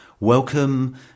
Welcome